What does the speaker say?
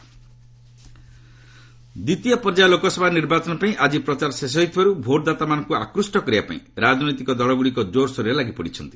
PM rally ଦ୍ୱିତୀୟ ପର୍ଯ୍ୟାୟ ଲୋକସଭା ନିର୍ବାଚନ ପାଇଁ ଆଜି ପ୍ରଚାର ଶେଷ ହେଉଥିବାରୁ ଭୋଟଦାତାମାନଙ୍କୁ ଆକୃଷ୍ଟ କରିବା ପାଇଁ ରାଜନୈତିକ ଦଳଗୁଡ଼ିକ ଜୋରସୋରରେ ଲାଗିପଡ଼ିଛନ୍ତି